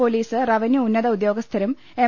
police revenue ഉന്നത ഉദ്യോഗസ്ഥരും M